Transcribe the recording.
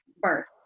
birth